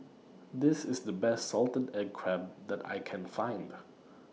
This IS The Best Salted Egg Crab that I Can Find